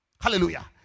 Hallelujah